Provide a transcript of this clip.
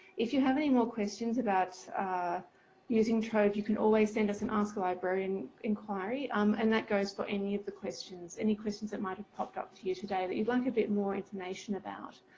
if you have any more questions about using trove you can always send us an ask a librarian enquiry um and that goes for any of the questions, any questions that might have popped up for you today that you'd like a bit more information about.